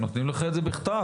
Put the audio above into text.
הם נותנים לך את זה בכתב,